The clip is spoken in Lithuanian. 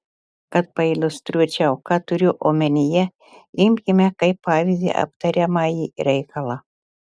kad pailiustruočiau ką turiu omenyje imkime kaip pavyzdį aptariamąjį reikalą